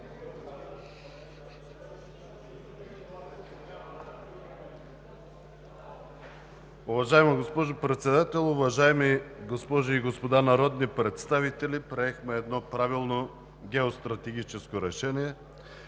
Уважаема госпожо Председател, уважаеми госпожи и господа народни представители! Приехме едно правилно геостратегическо решение,